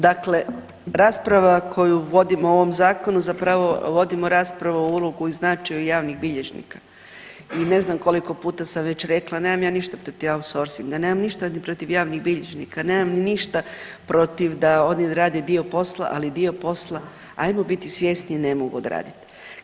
Dakle, rasprava koju vodimo o ovom zakonu zapravo vodimo raspravu o ulozi i značaju javnih bilježnika i ne znam koliko puta sam već rekla nemam ja ništ protiv outsourcinga, ja nemam ništa niti protiv javnih bilježnika, ja nemam ništa protiv da oni rade dio posla, ali dio posla hajmo biti svjesni ne mogu odraditi.